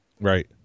Right